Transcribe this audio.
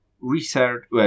research